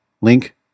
Link